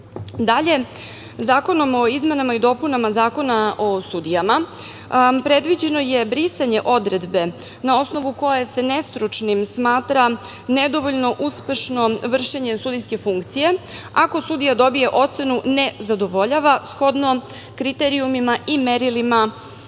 efekte. Dalje, zakonom o izmenama i dopuna Zakona o sudijama, predviđeno je brisanje odredbe na osnovu koje se nestručnim smatra nedovoljno uspešno vršenje sudijske funkcije, ako sudija dobije ocenu – ne zadovoljava, shodno kriterijumima i merilima